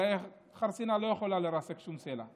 הרי חרסינה לא יכולה לרסק שום סלע,